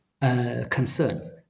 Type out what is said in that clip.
concerns